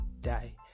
die